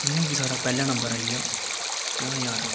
जियां कि साढ़ा पैह्ला नंबर आई गेआ पंजाह् ज्हार